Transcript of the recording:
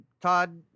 Todd